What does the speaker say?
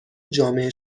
جامعه